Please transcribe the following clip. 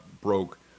broke